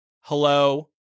hello